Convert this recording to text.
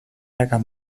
ärger